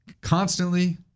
constantly